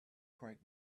quite